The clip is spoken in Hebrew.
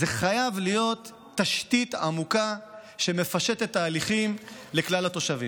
זו חייבת להיות תשתית העמוקה שמפשטת תהליכים לכלל התושבים.